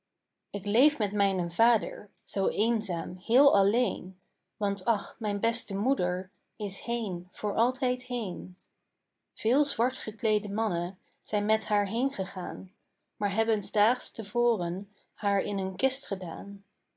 ik leef met mijnen vader zoo eenzaam heel alleen want ach mijn beste moeder is heen voor altijd heen veel zwart gekleede mannen zijn met haar heengegaan maar hebben s daags te voren haar in een kist gedaan